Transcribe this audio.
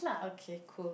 okay cool